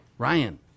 Ryan